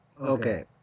Okay